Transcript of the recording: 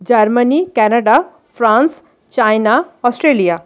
Germany Canada France China Australia